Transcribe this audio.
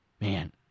Man